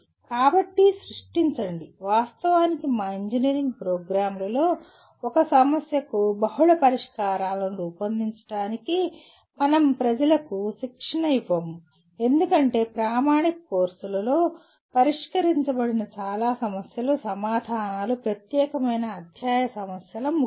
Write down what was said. కాబట్టి సృష్టించండి వాస్తవానికి మా ఇంజనీరింగ్ ప్రోగ్రామ్లలో ఒక సమస్యకు బహుళ పరిష్కారాలను రూపొందించడానికి మనం ప్రజలకు శిక్షణ ఇవ్వము ఎందుకంటే ప్రామాణిక కోర్సులలో పరిష్కరించబడిన చాలా సమస్యలు సమాధానాలు ప్రత్యేకమైన అధ్యాయ సమస్యల ముగింపు